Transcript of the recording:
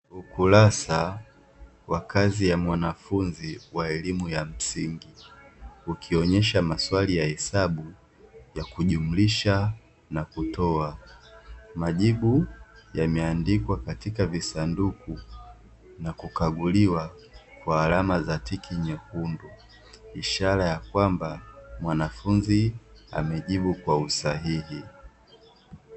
Ukurasa wa kazi ya mwanafunzi wa elimu ya msingi, ukionyesha maswali ya hesabu ya kujumlisha na kutoa, majibu yameandikwa katika visanduku na kukaguliwa kwa alama za tiki nyekundu, ishara ya kwamba mwanafunzi amejibu kwa usahihi.